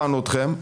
הבנו אתכם,